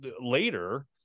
later